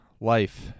life